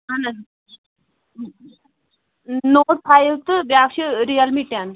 اَہَن حظ note file تہٕ بیٛاکھ چھِ رِیَل می ٹین